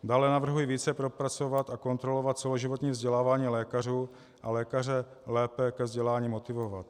Dále navrhuji více propracovat a kontrolovat celoživotní vzdělávání lékařů a lékaře lépe ke vzdělání motivovat.